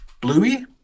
Bluey